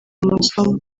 amasomo